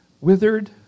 withered